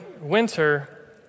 winter